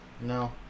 No